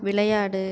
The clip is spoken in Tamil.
விளையாடு